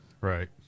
Right